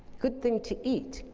good thing to eat,